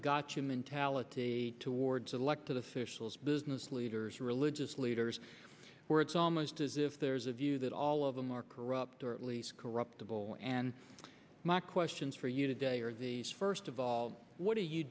gotcha mentality towards elected officials business leaders religious leaders where it's almost as if there's a view that all of them are corrupt or at least corruptible and my questions for you today are these first of all what do you